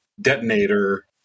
detonator